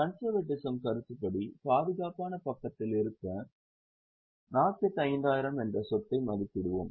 conservatism கருத்துப்படி பாதுகாப்பான பக்கத்தில் இருக்க 45000 என்ற சொத்தை மதிப்பிடுவோம்